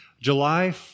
July